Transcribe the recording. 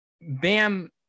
Bam